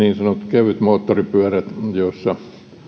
kevytmoottoripyörät joissa